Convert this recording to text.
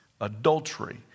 Adultery